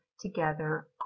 together